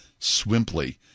Swimply